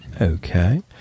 Okay